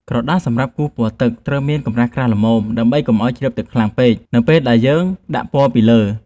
ក្រដាសសម្រាប់គូរពណ៌ទឹកត្រូវតែមានកម្រាស់ក្រាស់ល្មមដើម្បីកុំឱ្យជ្រាបទឹកខ្លាំងពេកនៅពេលដែលយើងដាក់ពណ៌ពីលើ។